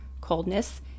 coldness